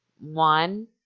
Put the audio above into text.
one